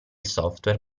software